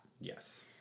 Yes